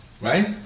right